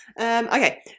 Okay